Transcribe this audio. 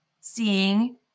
seeing